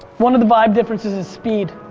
one of the vibe differences is speed.